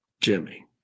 Jimmy